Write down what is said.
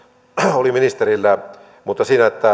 oli ministerillä